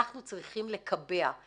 אנחנו צריכים לקבע.